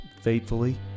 faithfully